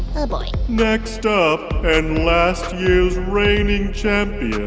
oh, boy next up and last year's reigning champion,